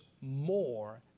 more